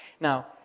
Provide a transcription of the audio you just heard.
Now